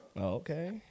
okay